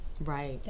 right